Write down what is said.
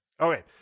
okay